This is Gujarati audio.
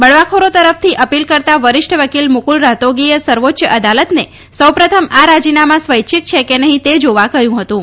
બળવાખાર તરફથી અાીલ કરતા વરિષ્ઠ વકીલ મુકુલ રાફતગીએ સર્વોચ્ય અદાલતને સૌપ્રથમ આ રાજીનામા સ્વૈૈૈૈચ્છક છે કે નહિં તે જાવા કહ્યું હતું